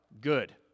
good